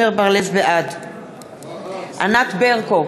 בעד ענת ברקו,